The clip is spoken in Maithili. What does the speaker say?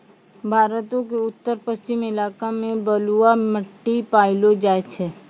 भारतो के उत्तर पश्चिम इलाका मे बलुआ मट्टी पायलो जाय छै